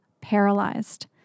paralyzed